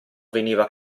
veniva